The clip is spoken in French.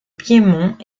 piémont